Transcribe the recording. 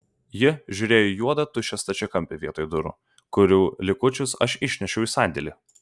ji žiūrėjo į juodą tuščią stačiakampį vietoj durų kurių likučius aš išnešiau į sandėlį